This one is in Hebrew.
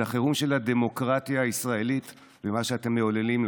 זה החירום של הדמוקרטיה הישראלית ומה שאתם מעוללים לה.